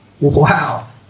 Wow